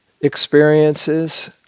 experiences